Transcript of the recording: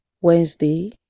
Wednesday